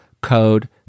code